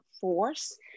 force